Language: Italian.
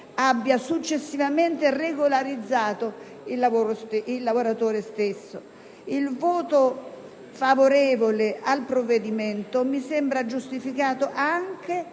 abbiano successivamente regolarizzato il lavoratore stesso. Il voto favorevole al provvedimento mi sembra giustificato anche